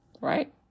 right